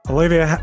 Olivia